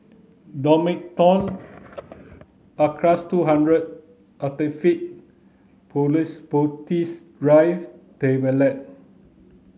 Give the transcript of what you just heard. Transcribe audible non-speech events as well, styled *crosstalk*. Domperidone Acardust two hundred Actifed *unintelligible* Tablet